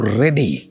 ready